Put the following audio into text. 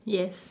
yes